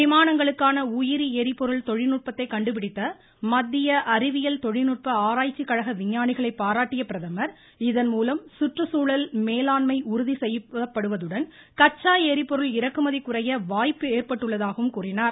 விமானங்களுக்கான உயிரி ளிபொருள் தொழில்நுட்பத்தை கண்டுபிடித்த மத்திய அறிவியல் தொழில்நுட்ப ஆராய்ச்சிக் கழக விஞ்ஞானிகளை பாராட்டிய பிரதமர் இதன்மூலம் சுற்றுச்சூழல் மேலாண்மை உறுதி செய்யப்படுவதுடன் கச்சா ளரிபொருள் இறக்குமதி குறைய வாய்ப்பு ஏற்பட்டுள்ளதாகவும் கூறினார்